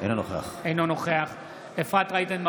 אינו נוכח אפרת רייטן מרום,